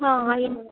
ಹಾಂ ಆಯ್